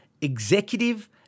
executive